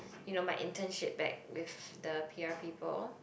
you know my internship back with the peer people